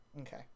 Okay